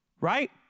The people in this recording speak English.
right